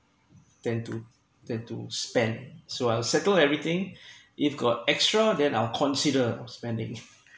then to then to spend so I'll settle everything if got extra then I'll consider of spending